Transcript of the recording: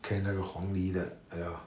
can 那个黄梨的 you know